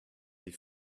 die